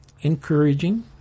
encouraging